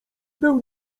był